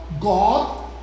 God